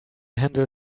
handle